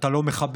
אתה לא מכבס,